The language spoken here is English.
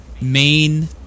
main